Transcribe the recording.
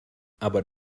aber